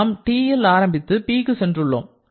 நாம் T ல் ஆரம்பித்து Pக்கு சென்றுள்ளோம்